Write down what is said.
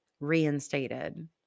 reinstated